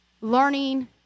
learning